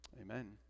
Amen